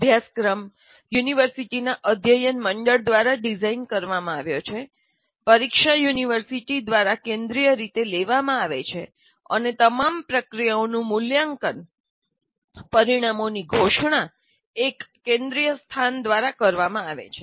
અભ્યાસક્રમ યુનિવર્સિટીના અધ્યયનમંડળ દ્વારા ડિઝાઇન કરવામાં આવ્યો છે પરીક્ષા યુનિવર્સિટી દ્વારા કેન્દ્રિય રીતે લેવામાં આવે છે અને તમામ પ્રક્રિયાઓનું મૂલ્યાંકન પરિણામોની ઘોષણા એક કેન્દ્રીય સ્થાન દ્વારા કરવામાં આવે છે